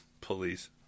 police